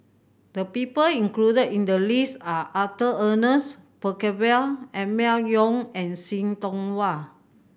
the people included in the list are Arthur Ernest Percival Emma Yong and See Tiong Wah